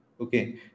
Okay